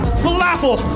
falafel